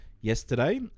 yesterday